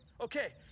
okay